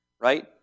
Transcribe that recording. Right